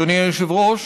אדוני היושב-ראש,